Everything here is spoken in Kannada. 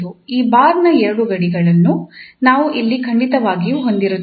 ಈ ಬಾರ್ನ ಎರಡು ಗಡಿಗಳನ್ನು ನಾವು ಇಲ್ಲಿ ಖಂಡಿತವಾಗಿಯೂ ಹೊಂದಿರುತ್ತೇವೆ